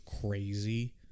crazy